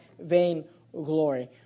vainglory